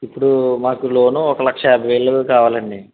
ఇప్పుడు మాకు లోను ఒక లక్ష యాభై వేలు కావాలి అండి